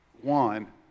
one